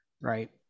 Right